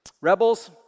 Rebels